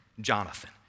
Jonathan